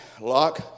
lock